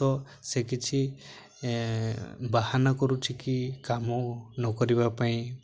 ତ ସେ କିଛି ବାହାନ କରୁଛି କି କାମ ନ କରିବା ପାଇଁ